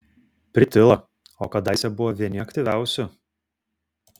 pritilo o kadaise buvo vieni aktyviausių